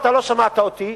אתה לא שמעת אותי,